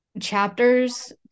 Chapters